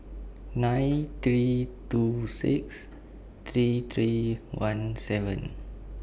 nine three two six three three one seven